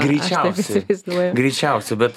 greičiausia greičiausia bet